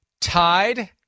tied